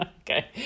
Okay